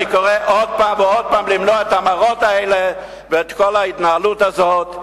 אני קורא עוד פעם ועוד פעם למנוע את המראות האלה ואת כל ההתנהלות הזאת,